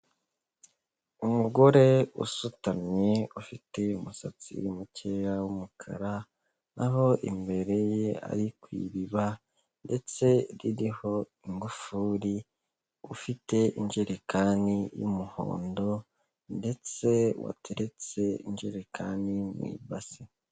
Umugore usutamye, ufite umusatsi mukeya w'umukara, aho imbere ye ari ku iriba ndetse ririho ingufuri, ufite injerekani y'umuhondo ndetse wateretse injerekani mu ibase.